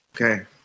Okay